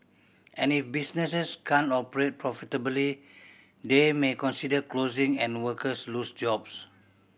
and if businesses can't operate profitably they may consider closing and workers lose jobs